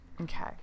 Okay